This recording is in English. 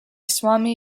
swami